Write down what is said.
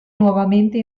nuovamente